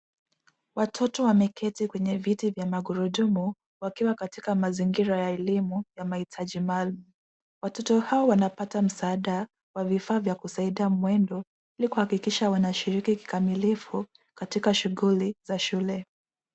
Watoto wameketi kwenye viti vya magurudumu, wakiwa katika mazingira ya elimu ya mahitaji maalum. Watoto hao wanapata msaada kwa vifaa vya kusaidia mwendo ili kuhakikisha wanashiriki , kikamilifu katika shughuli za shule.